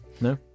No